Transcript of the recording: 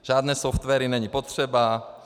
Žádné softwary není potřeba.